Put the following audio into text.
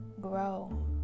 Grow